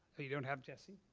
you don't have jesse?